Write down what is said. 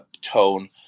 tone